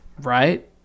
Right